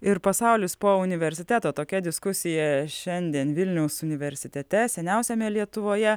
ir pasaulis po universiteto tokia diskusija šiandien vilniaus universitete seniausiame lietuvoje